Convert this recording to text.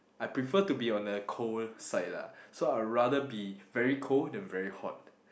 I prefer to be on the cold side lah so I rather be very cold than very hot